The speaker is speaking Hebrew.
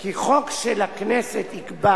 כי חוק של הכנסת יקבע